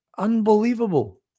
Unbelievable